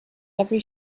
every